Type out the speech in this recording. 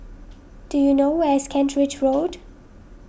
do you know where is Kent Ridge Road